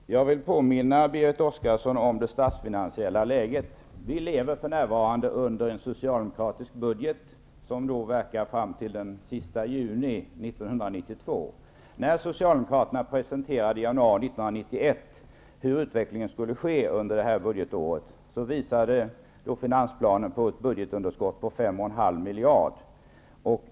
Fru talman! Jag vill påminna Berit Oscarsson om det statsfinansiella läget. Vi lever för närvarande under en socialdemokratisk budget, som verkar fram till den sista juni 1992. När socialdemokraterna i januari 1991 presenterade utvecklingen under detta budgetår visade finansplanen ett budgetunderskott på 5,5 miljarder.